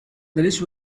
list